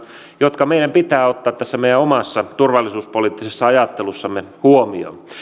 jotka meidän pitää ottaa meidän omassa turvallisuuspoliittisessa ajattelussamme huomioon